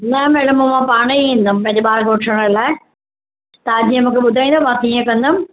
न मैडम मां पाणे ई ईंदम पंहिंजे ॿार खे वठण लाइ तव्हां जीअं मूंखे ॿुधाईंदा मां तीअं कंदमि